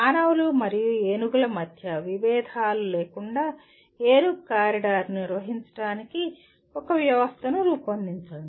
మానవులు మరియు ఏనుగుల మధ్య విభేదాలు లేకుండా ఏనుగు కారిడార్ను నిర్వహించడానికి ఒక వ్యవస్థను రూపొందించండి